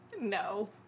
No